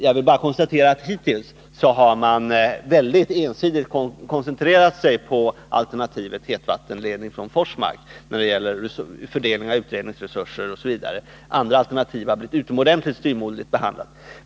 Jag vill bara konstatera att man hittills har när det gäller fördelningen av utredningsresurser osv. väldigt ensidigt koncentrerat sig på alternativet hetvattenledning från Forsmark. Andra alternativ har blivit utomordentligt styvmoderligt behandlade.